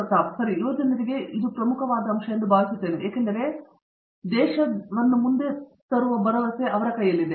ಪ್ರತಾಪ್ ಹರಿಡೋಸ್ ಸರಿ ಯುವಜನರಿಗೆ ನೋಡಲು ಇದು ಒಂದು ಪ್ರಮುಖವಾದ ಅಂಶವೆಂದು ನಾನು ಭಾವಿಸುತ್ತೇನೆ ಏಕೆಂದರೆ ದೇಶದ ಭರವಸೆ ತಲುಪಲು ಅವರ ಕೈಯಲ್ಲಿದೆ